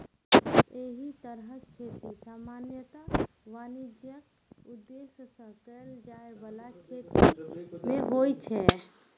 एहि तरहक खेती सामान्यतः वाणिज्यिक उद्देश्य सं कैल जाइ बला खेती मे होइ छै